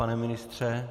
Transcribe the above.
Pane ministře?